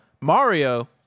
Mario